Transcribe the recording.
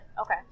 Okay